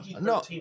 no